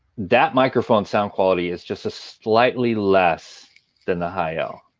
that microphone sound quality is just a slightly less than the heil.